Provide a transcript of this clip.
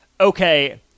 okay